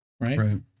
right